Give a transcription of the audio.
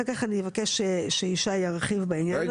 אחר כך אני אבקש שישי ירחיב בעניין הזה.